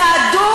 צעדו,